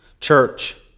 Church